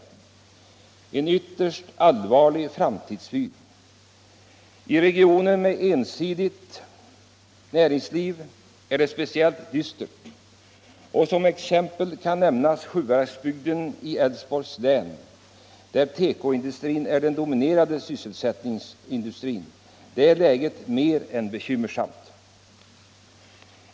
Detta är en ytterst allvarlig framtidsvy. I regioner med ensidigt näringsliv är det speciellt dystert. Som exempel kan nämnas Sjuhäradsbygden i Älvsborgs län, där tekoindustrin är den dominerande sysselsättningsindustrin och där läget är mer än bekymmersamt.